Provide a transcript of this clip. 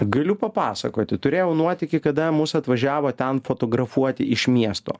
galiu papasakoti turėjau nuotykį kada mus atvažiavo ten fotografuoti iš miesto